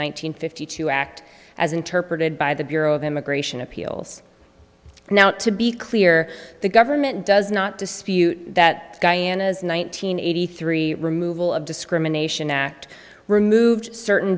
hundred fifty two act as interpreted by the bureau of immigration appeals now to be clear the government does not dispute that one nine hundred eighty three removal of discrimination act removed certain